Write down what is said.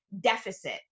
deficit